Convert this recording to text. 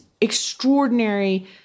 extraordinary